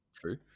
True